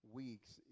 weeks